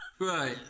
Right